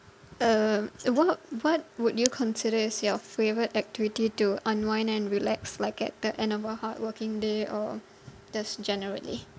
uh what what would you consider is your favourite activity to unwind and relax like at the end of a hardworking day or just generally